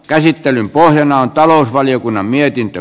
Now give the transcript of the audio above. käsittelyn pohjana on talousvaliokunnan mietintö